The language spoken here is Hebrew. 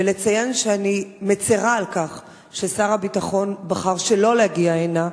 ולציין שאני מצרה על כך ששר הביטחון בחר שלא להגיע הנה.